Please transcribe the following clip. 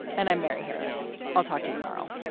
and i'm mary harris. i'll talk to you tomorrow